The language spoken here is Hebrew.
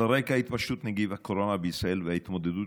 על רקע התפשטות נגיף הקורונה בישראל וההתמודדות